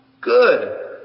Good